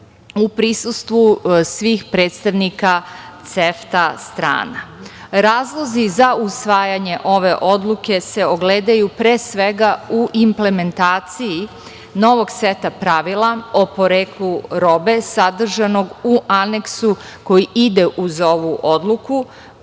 u prisustvu svih predstavnika CEFTA strana. Razlozi za usvajanje ove odluke se ogledaju pre svega u implementaciji novog seta pravila o poreklu robe sadržanog u aneksu koji ide uz ovu odluku,